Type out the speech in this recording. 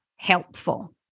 helpful